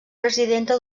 presidenta